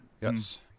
Yes